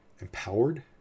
empowered